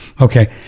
Okay